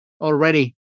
already